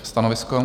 Stanovisko?